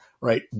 right